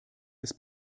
des